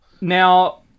Now